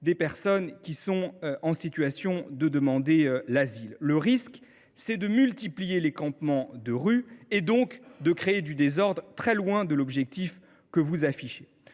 de familles qui sont en situation de demander l’asile. Le risque que vous prenez est de multiplier les campements de rue, donc de créer du désordre, très loin de l’objectif que vous affichez.